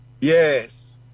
Yes